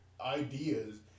ideas